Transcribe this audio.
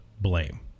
blame